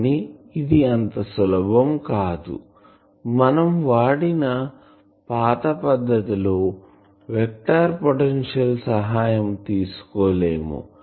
కానీ ఇది అంత సులభం కాదు మనం వాడిన పాత పద్దతి లో వెక్టార్ పొటెన్షియల్ సహాయం తీసుకోలేము